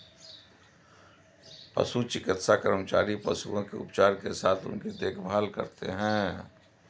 पशु चिकित्सा कर्मचारी पशुओं के उपचार के साथ उनकी देखभाल करते हैं